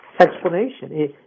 explanation